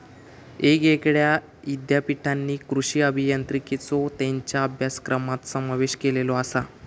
येगयेगळ्या ईद्यापीठांनी कृषी अभियांत्रिकेचो त्येंच्या अभ्यासक्रमात समावेश केलेलो आसा